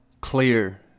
clear